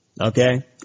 okay